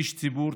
איש ציבור,